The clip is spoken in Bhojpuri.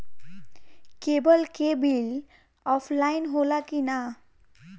केबल के बिल ऑफलाइन होला कि ना?